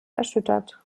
erschüttert